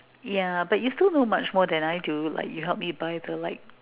yeah but you still know much more than I do like you help me buy the light